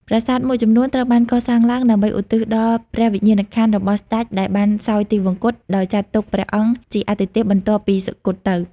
ប្រាសាទមួយចំនួនត្រូវបានកសាងឡើងដើម្បីឧទ្ទិសដល់ព្រះវិញ្ញាណក្ខន្ធរបស់ស្ដេចដែលបានសោយទិវង្គត ដោយចាត់ទុកព្រះអង្គជាអាទិទេពបន្ទាប់ពីសុគតទៅ។